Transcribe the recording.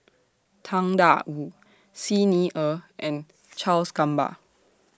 Tang DA Wu Xi Ni Er and Charles Gamba